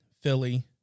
Philly